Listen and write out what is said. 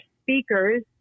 speakers